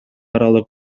аралык